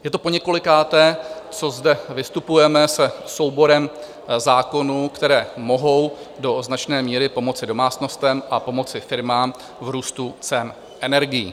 Je to poněkolikáté, co zde vystupujeme se souborem zákonů, které mohou do značné míry pomoci domácnostem a pomoci firmám v růstu cen energií.